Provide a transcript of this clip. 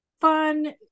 fun